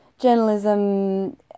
journalism